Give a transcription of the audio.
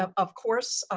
um of course,